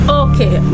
okay